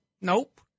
Nope